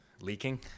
Leaking